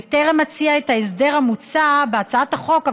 בטרם אציע את ההסדר המוצע בהצעת החוק,